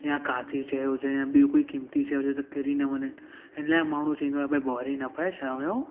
या कांच जी कोई बि शइ हुजे या कोई बि क़ीमती शइ हुजे त किरी न वञे इन लाइ माण्हू चवंदो आहे भाई ॿुहारी न पाए शाम जो